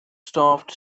starved